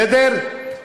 בסדר,